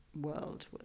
world